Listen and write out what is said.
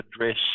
address